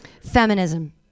Feminism